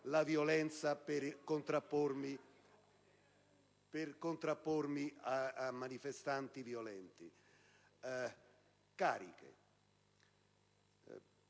la violenza per contrappormi a manifestanti violenti. Sono cariche.